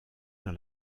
dans